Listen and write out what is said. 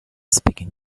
speaking